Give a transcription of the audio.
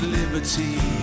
liberty